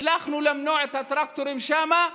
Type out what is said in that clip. הצלחנו למנוע את הטרקטורים שם,